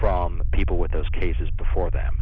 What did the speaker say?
from people with those cases before them.